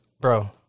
Bro